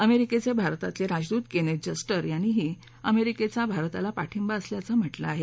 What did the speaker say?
अमेरिकेचे भारतातले राजदूत केनेथ जस्टर यांनीही अमेरिकेचा भारताला पाठिंबा असल्याचं म्हटलं आहे